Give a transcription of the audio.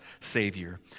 Savior